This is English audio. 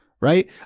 Right